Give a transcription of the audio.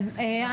כן.